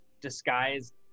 disguised